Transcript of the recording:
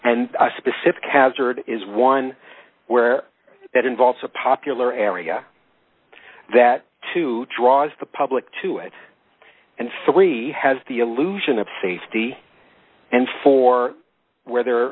and a specific hazard is one where that involves a popular area that too draws the public to it and three has the illusion of safety and four where there